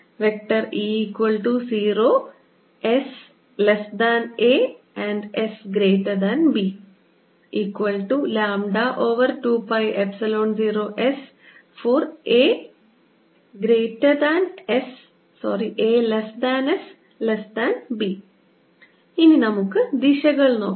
E0 sa and sb 2π0s asb ഇനി നമുക്ക് ദിശകൾ നോക്കാം